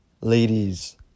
ladies